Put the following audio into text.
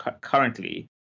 currently